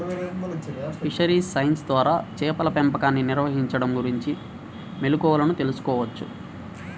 fisheries science ద్వారా చేపల పెంపకాన్ని నిర్వహించడం గురించిన మెళుకువలను తెల్సుకోవచ్చు